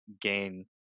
gain